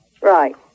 Right